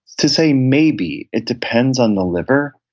to say, maybe. it depends on the liver,